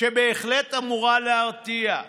שבהחלט אמורה להרתיע.